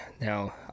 Now